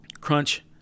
crunch